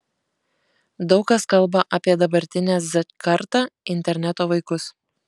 daug kas kalba apie dabartinę z kartą interneto vaikus